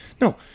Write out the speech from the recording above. No